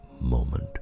moment